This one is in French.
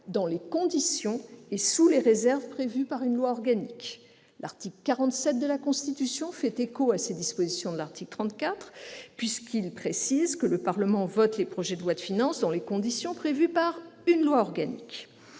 dans les conditions et sous les réserves prévues par une loi organique. » L'article 47 de la Constitution y fait écho, puisqu'il précise :« Le Parlement vote les projets de loi de finances dans les conditions prévues par une loi organique.